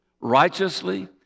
righteously